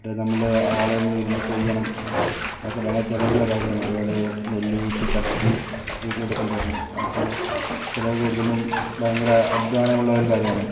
മറ്റേ നമ്മുടെ ആള് തന്നെ ഇരുന്ന് കൊയ്യണം അതൊക്കെ ഭയങ്കര ചിലവുള്ള കാര്യമാണ് അതുപോലെ നെല്ല് ഏറ്റി കടത്തി വീട്ടിലോട്ട് കൊണ്ടുവരണം അതൊക്കെ ചിലവ് കൂടുതലും ഭയങ്കര അദ്ധ്വാനമുള്ളൊരു കാര്യമാണ്